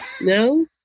No